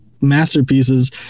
masterpieces